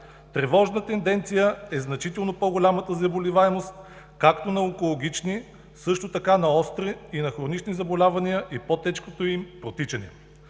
Тревожна тенденция е значително по-голямата заболеваемост както на онкологични, също така и на остри и хронични заболявания и по-тежкото им протичане.